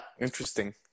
interesting